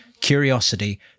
curiosity